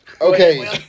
Okay